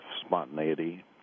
spontaneity